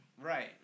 Right